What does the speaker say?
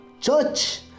Church